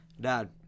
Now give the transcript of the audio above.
Dad